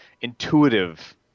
intuitive